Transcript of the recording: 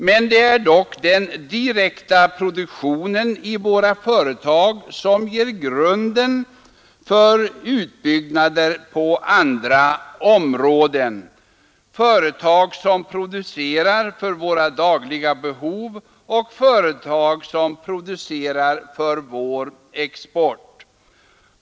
Men det är dock den direkta produktionen i våra företag — företag som producerar för våra dagliga behov och företag som producerar för vår export — som ger grunden för utbyggnader på andra områden.